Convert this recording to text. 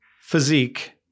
physique